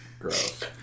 Gross